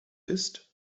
ist